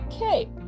Okay